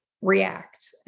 react